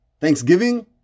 Thanksgiving